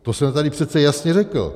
To jsem tady přece jasně řekl.